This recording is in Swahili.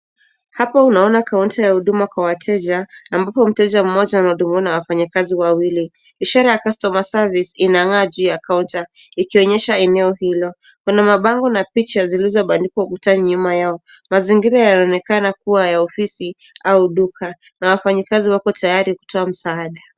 Hapa unaona kaunta ya huduma ya wateja ambapo mteja mmoja anahudumiwa na wafanyakazi wawili, ishara ya customer service inang'aa juu ya kaunta ikionyesha eneo hilo. Kuna mabango na picha zilizo bandikwa ukutani nyuma yao. Mazingira yanaonekana kua ya ofisi au duka na wafanyikazi wako tayari kutoa msaada.